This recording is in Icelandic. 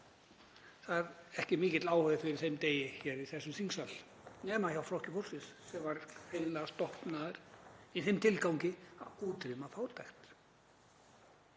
það er ekki mikill áhugi fyrir þeim degi hér í þessum þingsal nema hjá Flokki fólksins, sem var hreinlega stofnaður í þeim tilgangi að útrýma fátækt.